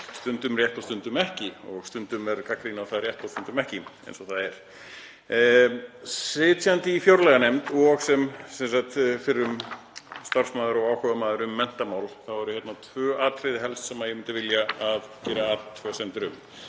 stundum rétt og stundum ekki og stundum er gagnrýni á það rétt og stundum ekki, eins og það er. Sitjandi í fjárlaganefnd og sem fyrrum starfsmaður og áhugamaður um menntamál eru tvö atriði helst sem ég myndi vilja gera athugasemdir við.